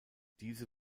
diese